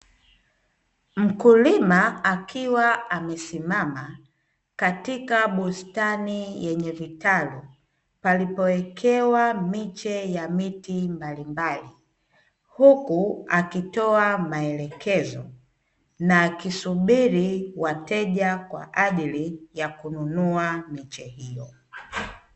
Mkulima akiwa amesimama katika bustani yenye vitalu palipowekewa miche mbalimbali, huku akitoa maelekezo na akisubiri wateja kwa ajili ya kukunua miche hiyo.